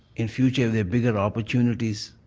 in future bigger opportunity,